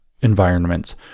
environments